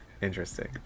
interesting